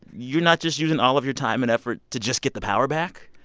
you're not just using all of your time and effort to just get the power back?